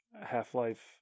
half-life